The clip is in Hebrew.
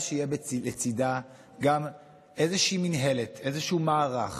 חייבים שתהיה לצידה איזושהי מינהלת, איזשהו מערך